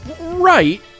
Right